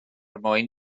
mwyn